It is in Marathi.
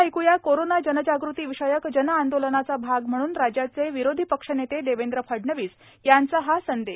आता ऐक्या कोरोना जनजागृती विषयक जन आंदोलनाचा भाग म्हणून राज्याचे विरोधी पक्षनेते देवेंद्र फडणवीस यांचा हा संदेश